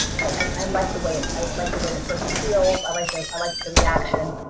i like the way i like the way the person heals, i like the i like the reaction.